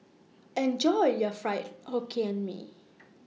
Enjoy your Fried Hokkien Mee